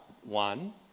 one